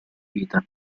vita